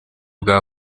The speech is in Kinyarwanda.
bwa